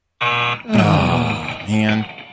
man